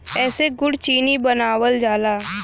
एसे गुड़ चीनी बनावल जाला